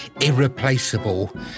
irreplaceable